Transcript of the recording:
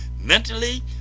Mentally